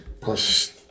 Plus